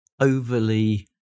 overly